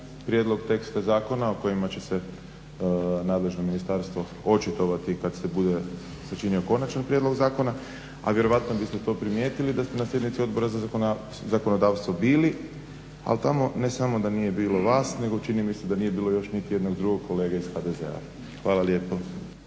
prijedlog teksta zakona o kojem će se nadležno ministarstvo očitovati kada se bude činio končani prijedloga zakona a vjerojatno biste to primijetili da ste na sjednici Odbora za zakonodavstvo bili. A tamo ne samo da nije bilo vas nego čini mi se da nije bilo niti jednog drugog kolege iz HDZ-a. Hvala lijepo.